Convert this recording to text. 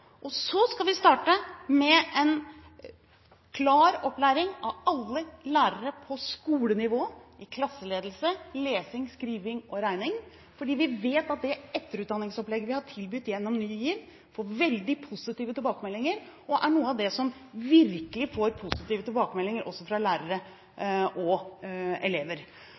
og så skal vi starte med en klar opplæring av alle lærere – på skolenivå, i klasseledelse, lesing, skriving og regning – fordi vi vet at det etterutdanningsopplegget vi har tilbudt gjennom Ny GIV, får veldig positive tilbakemeldinger. Ja, det er noe av det som virkelig får positive tilbakemeldinger, også fra lærere og elever.